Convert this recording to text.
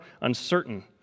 uncertain